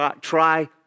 try